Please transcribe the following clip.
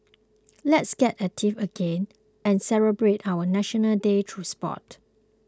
let's get active again and celebrate our National Day through sport